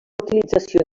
utilització